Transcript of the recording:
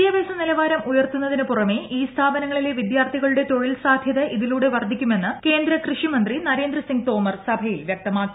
വിദ്യാഭ്യാസ നില വാരം ഉയർത്തുന്നതിനു പുറമേ ഈ സ്ഥാപനങ്ങളിലെ വിദ്യാർത്ഥികളുടെ തൊഴിൽ സാധൃത ഇതിലൂടെ വർദ്ധിക്കുമെന്ന് കേന്ദ്ര കൃഷിമന്ത്രി നരേന്ദ്ര സിങ്ങ് തോമർ സഭയിൽ വ്യക്തമാക്കി